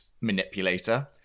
manipulator